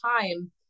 time